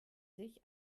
sich